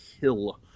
Hill